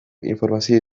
informazio